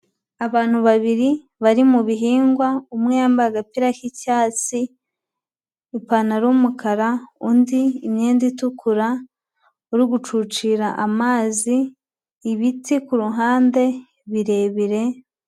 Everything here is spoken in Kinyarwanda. Abantu babiri bari mu bihingwa umwe yambaye agapira k'icyatsi, ipantaro y'umukara, undi imyenda itukura, uri gucucira amazi ibiti ku ruhande birebire.